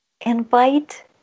invite